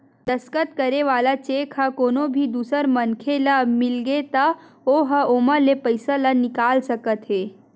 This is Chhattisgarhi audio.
दस्कत करे वाला चेक ह कोनो भी दूसर मनखे ल मिलगे त ओ ह ओमा ले पइसा ल निकाल सकत हे